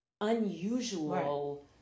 unusual